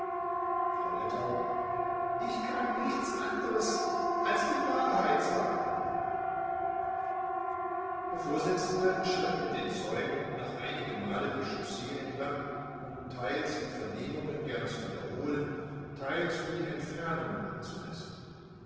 frau lettau ich kann nichts anders als die wahrheit sagen der vorsitzende schritt mit den zeugen noch einige male die chaussee entlang um teils die vernehmungen gen zu wiederholen teils um die entfernungen abzumessen